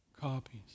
copies